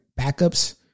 backups